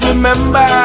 Remember